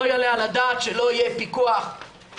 לא יעלה על הדעת שלא יהיה פיקוח ראוי